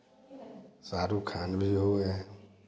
शाहरुख़ खान जी भी हुए